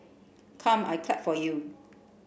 come I clap for you